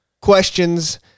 questions